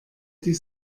die